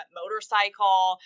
motorcycle